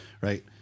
right